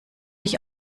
ich